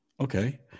Okay